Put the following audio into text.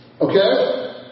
Okay